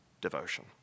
devotion